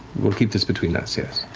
we'll keep this between us, yes?